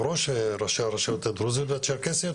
ראש ראשי הרשויות הדרוזיות והצ'רקסיות,